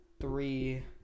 three